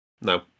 No